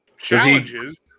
challenges